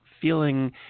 feeling